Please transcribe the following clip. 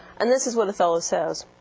and this is what othello says.